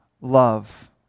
love